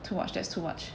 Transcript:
too much that's too much